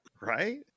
Right